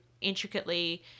intricately